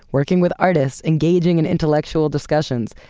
working with artists, engaging in intellectual discussions,